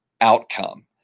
outcome